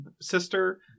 sister